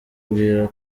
ambwira